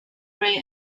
rae